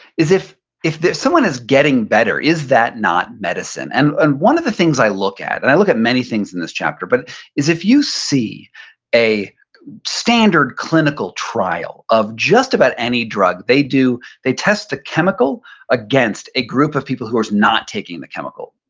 is if if someone is getting better, is that not medicine? and and one of the things i look at, and i look at many things in this chapter, but is if you see a standard clinical trial of just about any drug they do, they test the chemical against a group of people who is not taking the chemical,